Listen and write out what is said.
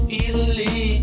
easily